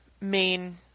main